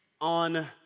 on